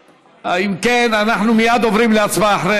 אם כן, אנחנו מייד אחרי עוברים להצבעה.